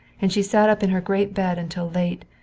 and she sat up in her great bed until late,